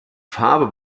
farbe